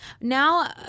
Now